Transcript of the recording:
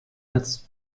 als